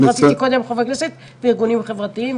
רציתי קודם לשמוע את חברי הכנסת והארגונים החברתיים.